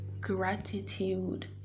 gratitude